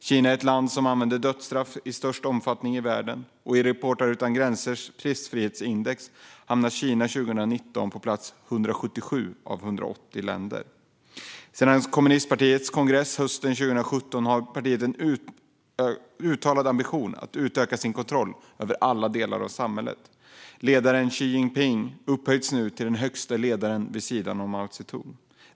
Kina är också det land i världen som använder dödsstraff i störst omfattning. I Reportrar utan gränsers pressfrihetsindex hamnar Kina 2019 på plats 177 av 180. Sedan kommunistpartiets kongress hösten 2017 har partiet en uttalad ambition att utöka sin kontroll över alla delar av samhället. Ledaren Xi Jinping upphöjs nu till den högsta ledaren vid sidan om Mao Zedong.